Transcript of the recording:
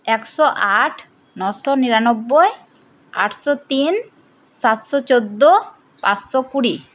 একশো আট নশো নিরানব্বই আটশো তিন সাতশো চোদ্দো পাঁচশো কুড়ি